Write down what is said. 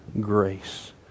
grace